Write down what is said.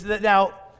Now